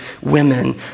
women